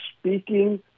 speaking